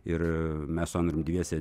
ir mes su andrium dviese